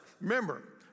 Remember